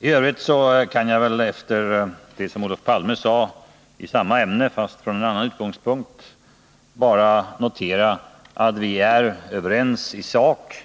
IT övrigt kan jag efter vad Olof Palme sade i samma ämne men från en annan utgångspunkt bara notera att